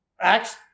Acts